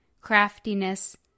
craftiness